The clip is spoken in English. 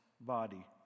body